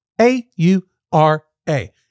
A-U-R-A